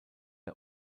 der